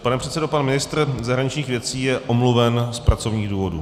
Pane předsedo, pan ministr zahraničních věcí je omluven z pracovních důvodů.